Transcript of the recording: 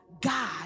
God